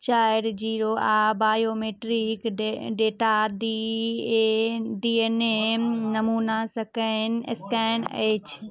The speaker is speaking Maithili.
चारि जीरो आ biometric data D A D A न ए नमूना सकैन अछि